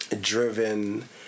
driven